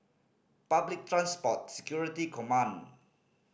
Public Transport Security Command